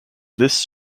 this